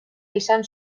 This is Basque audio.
izan